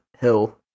hill